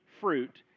fruit